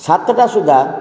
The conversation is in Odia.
ସାତଟା ସୁଦ୍ଧା